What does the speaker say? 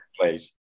place